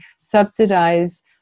subsidize